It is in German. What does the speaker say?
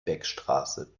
beckstraße